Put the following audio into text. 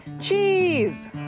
cheese